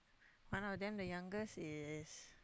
one of them the youngest is